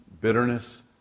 Bitterness